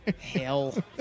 hell